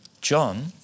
John